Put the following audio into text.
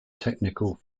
technical